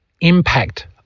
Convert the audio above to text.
impact